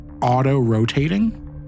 auto-rotating